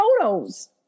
photos